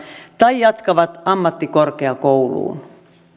tai jatkavat ammattikorkeakouluun